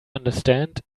understand